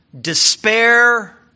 despair